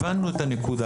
הבנו את הנקודה.